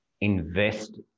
invest